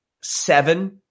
seven